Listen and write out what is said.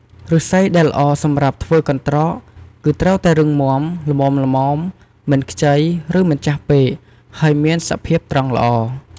ឫស្សីដែលល្អសម្រាប់ធ្វើកន្រ្តក គឺត្រូវតែរឹងមាំ ល្មមៗ មិនខ្ចី ឬមិនចាស់ពេក ហើយមានសភាពត្រង់ល្អ។